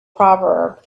proverb